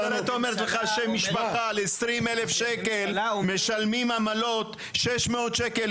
הגברת אומרת לך שמשפחה על 20,000 שקלים משלמים עמלות 600 שקלים,